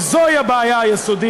וזוהי הבעיה היסודית,